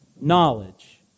knowledge